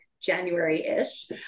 January-ish